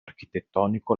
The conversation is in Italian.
architettonico